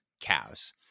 cows